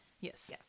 Yes